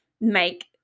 make